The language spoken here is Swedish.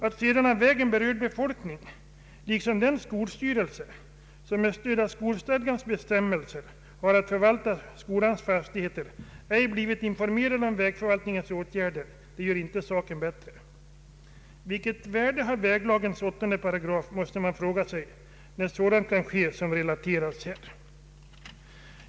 Att sedan av vägen berörd befolkning liksom den skolstyrelse, som med stöd av skolstadgans bestämmelser har att förvalta skolans fastigheter, ej blivit informerade om vägförvaltningens åtgärder, gör inte saken bättre. Vilket värde har väglagens 8 §, måste man fråga sig, när sådant kan ske som här har relaterats.